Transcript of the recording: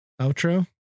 outro